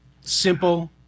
simple